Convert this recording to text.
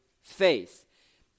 faith